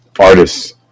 artists